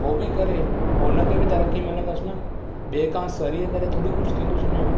हो बि करे हुन खे बि तरक़ी मिलन्दसि न ॿिए खां सड़ी करे थोड़ी कुझु थींदुसि उन जो